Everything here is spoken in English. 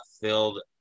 filled